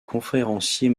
conférencier